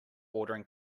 ordering